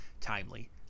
timely